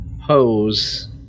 Hose